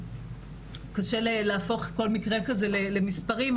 קשה להפוך כל מקרה כזה למספרים,